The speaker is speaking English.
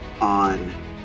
on